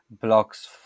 blocks